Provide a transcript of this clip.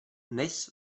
dnes